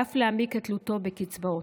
ואף להעמיק את תלותו בקצבאות,